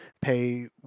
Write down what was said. pay